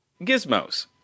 gizmos